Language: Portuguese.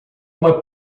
uma